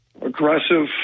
aggressive